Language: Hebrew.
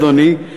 אדוני,